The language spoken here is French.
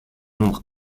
nombre